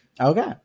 okay